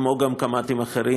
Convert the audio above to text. כמו גם קמ"טים אחרים,